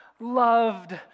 loved